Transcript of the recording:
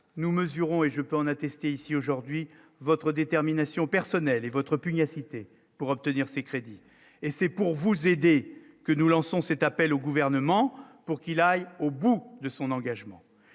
nous mesurons et je peux en attester : ici, aujourd'hui, votre détermination personnelle et votre pugnacité pour obtenir ces crédits et c'est pour vous aider que nous lançons cet appel au gouvernement pour qu'il aille au bout de son engagement,